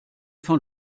von